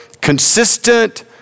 consistent